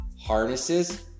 harnesses